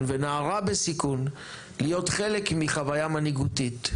ונערה בסיכון להיות חלק מחוויה מנהיגותית,